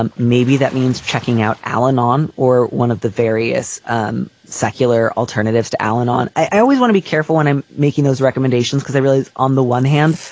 um maybe that means checking out al-anon or one of the various um secular alternatives to al-anon. i always wanna be careful when i'm making those recommendations because i realize on the one hand,